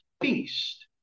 feast